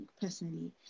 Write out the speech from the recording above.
personally